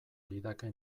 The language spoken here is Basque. lidake